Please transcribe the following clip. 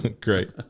Great